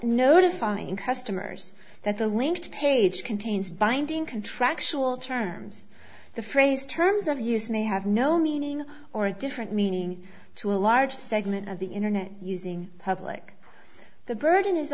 notifying customers that the linked page contains binding contractual terms the phrase terms of use may have no meaning or a different meaning to a large segment of the internet using public the burden is